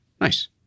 Nice